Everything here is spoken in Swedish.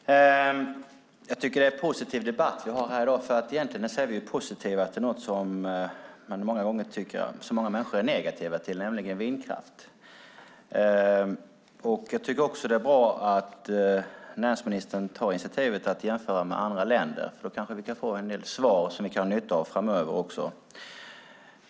Fru talman! Jag tycker att det är en positiv debatt vi har här i dag. Vi är ju positiva till något som många människor är negativa till, nämligen vindkraft. Jag tycker också att det är bra att näringsministern tar initiativ till att jämföra med andra länder, för då kanske vi kan få en del svar som vi kan ha nytta av framöver.